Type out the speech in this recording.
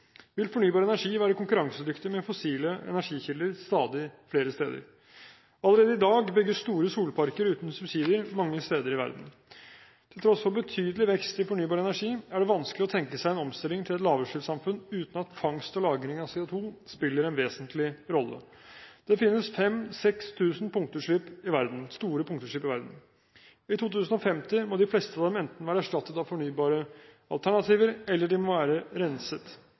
vil fornybar energi være konkurransedyktig med fossile energikilder stadig flere steder. Allerede i dag bygges store solparker uten subsidier mange steder i verden. Til tross for betydelig vekst i fornybar energi, er det vanskelig å tenke seg en omstilling til et lavutslippssamfunn uten at fangst og lagring av CO2 spiller en vesentlig rolle. Det finnes 5 000–6 000 store punktutslipp i verden. I 2050 må de fleste av dem enten være erstattet av fornybare alternativer, eller de må være renset.